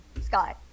sky